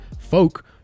folk